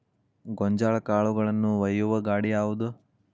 ಗೋಂಜಾಳ ಕಾಳುಗಳನ್ನು ಒಯ್ಯುವ ಗಾಡಿ ಯಾವದು?